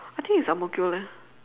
I think it's ang-mo-kio leh